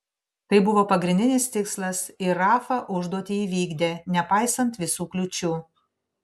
tai buvo pagrindinis tikslas ir rafa užduotį įvykdė nepaisant visų kliūčių